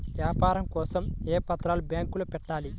వ్యాపారం కోసం ఏ పత్రాలు బ్యాంక్లో పెట్టాలి?